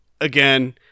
Again